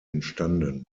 entstanden